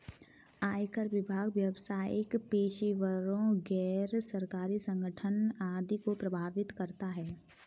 आयकर विभाग व्यावसायिक पेशेवरों, गैर सरकारी संगठन आदि को प्रभावित करता है